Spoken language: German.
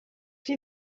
die